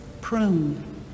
prune